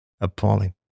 Appalling